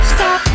Stop